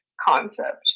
concept